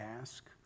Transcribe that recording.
ask